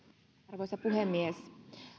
arvoisa puhemies